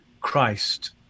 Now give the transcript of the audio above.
Christ